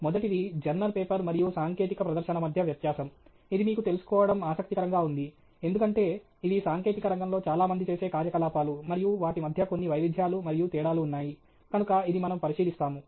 మొదటిది journal paper మరియు సాంకేతిక ప్రదర్శన మధ్య వ్యత్యాసం ఇది మీకు తెలుసుకోవడం ఆసక్తికరంగా ఉంది ఎందుకంటే ఇవి సాంకేతిక రంగంలో చాలా మంది చేసే కార్యకలాపాలు మరియు వాటి మధ్య కొన్ని వైవిధ్యాలు మరియు తేడాలు ఉన్నాయి కనుక ఇది మనము పరిశీలిస్తాము